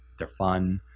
they're fun.